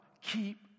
keep